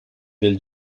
del